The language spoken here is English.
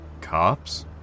Cops